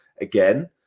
again